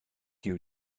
you